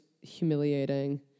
humiliating